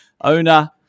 owner